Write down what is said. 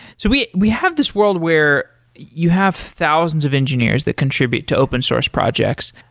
so we we have this world where you have thousands of engineers that contribute to open source projects,